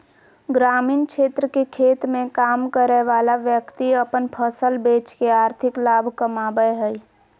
ग्रामीण क्षेत्र के खेत मे काम करय वला व्यक्ति अपन फसल बेच के आर्थिक लाभ कमाबय हय